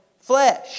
flesh